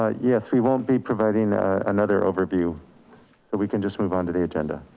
ah yes, we won't be providing another overview. so we can just move on to the agenda.